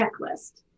checklist